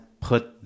put